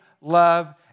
love